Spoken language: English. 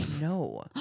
no